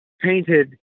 painted